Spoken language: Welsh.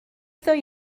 ddwy